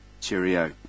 cheerio